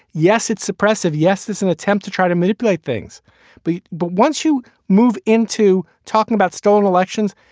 yes, it's suppressive. yes. this an attempt to try to manipulate things beat. but once you move into talking about stolen elections,